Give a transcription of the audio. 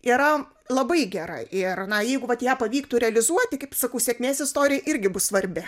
yra labai gera ir na jeigu vat ją pavyktų realizuoti kaip sakau sėkmės istorija irgi bus svarbi